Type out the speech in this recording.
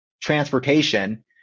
transportation